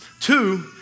Two